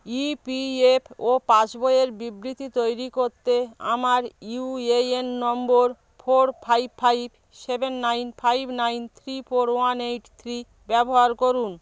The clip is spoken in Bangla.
ইপিএফও পাসবইয়ের বিবৃতি তৈরি করতে আমার UAN number four five five seven nine five nine three four one eight three ব্যবহার করুন